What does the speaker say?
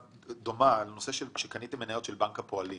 האם כשקניתם מניות של בנק הפועלים